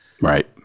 Right